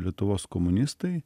lietuvos komunistai